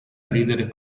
ridere